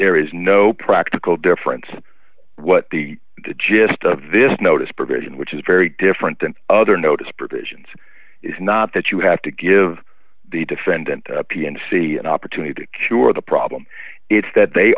there is no practical difference what the gist of this notice provision which is very different than other notice provisions is not that you have to give the defendant p and c an opportunity to cure the problem it's that they